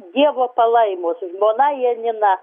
dievo palaimos žmona janina